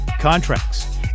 contracts